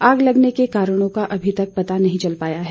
आग लगने के कारणों का अभी पता नहीं चल पाया है